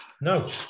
No